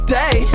day